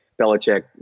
Belichick